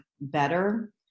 better